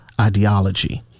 ideology